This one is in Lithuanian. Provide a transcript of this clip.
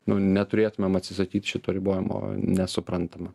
nu neturėtumėm atsisakyt šito ribojimo nesuprantama